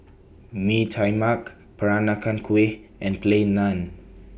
Mee Tai Mak Peranakan Kueh and Plain Naan